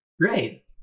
right